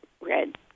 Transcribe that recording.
red